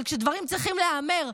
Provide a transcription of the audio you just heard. כשדברים צריכים להיאמר,